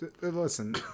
listen